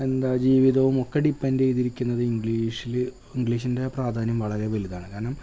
എന്താ ജീവിതവും ഒക്കെ ഡിപ്പെൻ്റ് ചെയ്തിരിക്കുന്നത് ഇംഗ്ലീഷിൽ ഇംഗ്ലീഷിൻ്റെ പ്രാധാന്യം വളരെ വലുതാണ് കാരണം